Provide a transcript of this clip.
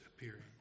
appearing